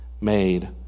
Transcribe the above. made